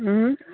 उम